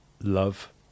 love